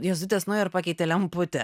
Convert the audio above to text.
jėzuitas nuėjo ir pakeitė lemputę